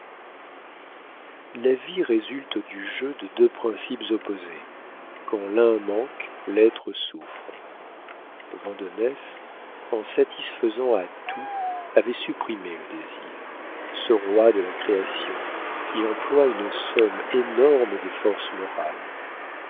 la vie résulte du jeu de deux principes opposés quand l'un manque l'être souffre vandenesse en satisfaisant à tout avait supprimé le désir ce roi de la création qui emploie une somme énorme des forces morales